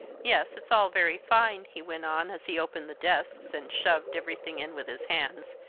yes! it's all very fine, he went on, as he opened the desks, and shoved everything in with his hands,